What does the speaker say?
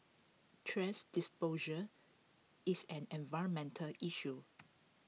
thrash disposer is an environmental issue